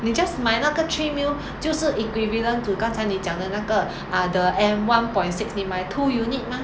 你 just 买那个 three million 就是 equivalent to 刚才你讲的那个 ah the M one point six 你买 two units mah